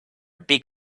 big